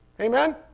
amen